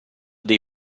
dei